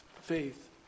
faith